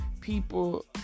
people